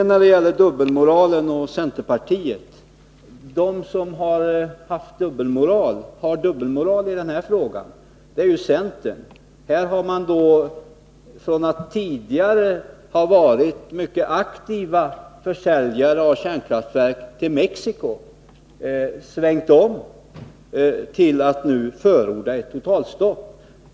När det gäller dubbelmoralen och centerpartiet vill jag säga att den som har dubbelmoral i den här frågan är ju centern. Från att tidigare ha varit mycket aktiva försäljare av kärnkraftverk till Mexico har ni i centerpartiet svängt om till att nu förorda ett totalstopp.